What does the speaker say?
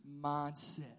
mindset